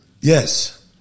Yes